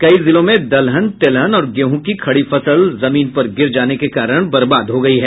कई जिलों में दलहन तेलहन और गेहूं की खड़ी फसल जमीन पर गिर जाने के कारण बर्बाद हो गयी है